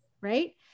right